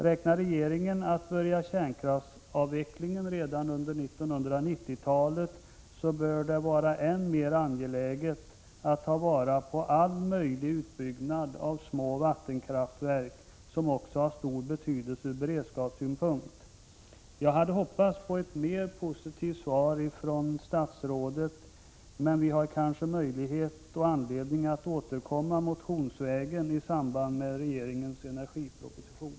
Räknar regeringen med att börja kärnkraftsavvecklingen redan under 1990-talet, bör det vara än mer angeläget att ta vara på all möjlig utbyggnad av små vattenkraftverk, som också har stor betydelse ur beredskapssynpunkt. Jag hade hoppats på ett mer positivt svar ifrån statsrådet, men vi har kanske möjlighet och anledning att återkomma motionsvägen i samband med regeringens energiproposition.